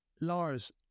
Lars